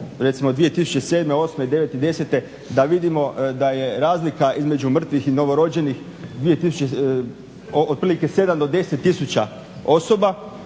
recimo 2007., 2008., 2009. i 2010. da vidimo da je razlika između mrtvih i novorođenih otprilike 7 do 10 tisuća osoba,